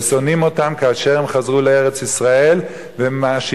ושונאים אותם כאשר הם חזרו לארץ-ישראל ומאשימים